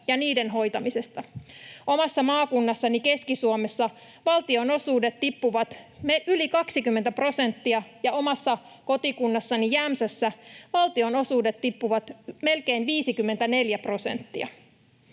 ja niiden hoitamisesta. Omassa maakunnassani Keski-Suomessa valtionosuudet tippuvat yli 20 prosenttia, ja omassa kotikunnassani Jämsässä valtionosuudet tippuvat melkein 54 prosenttia.